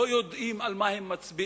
לא יודעים על מה הם מצביעים